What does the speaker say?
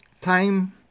time